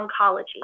oncology